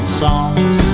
songs